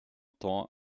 tant